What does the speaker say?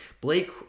Blake